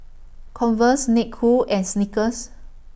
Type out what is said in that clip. Converse Snek Ku and Snickers